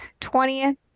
20th